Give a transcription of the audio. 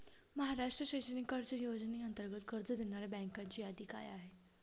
महाराष्ट्र शैक्षणिक कर्ज योजनेअंतर्गत कर्ज देणाऱ्या बँकांची यादी काय आहे?